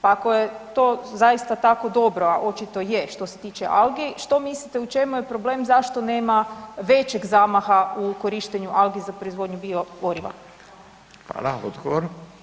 Pa ako je to zaista tako dobro, a očito je što se tiče algi, što mislite u čemu je problem zašto nema većeg zamaha u korištenju algi za proizvodnju biogoriva?